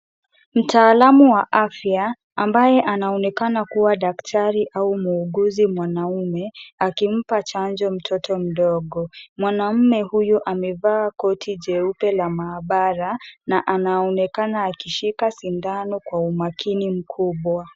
Mtaalamu wa afya ambaye anaonekana kuwa daktari au muuguzi mwanaume, akimpa chanjo mtoto mdogo. Mwanaume huyo amevaa koti jeupe ya mahabara na anaonekana akishika sindano kwa umakini Mkubwa.